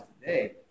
today